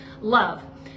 love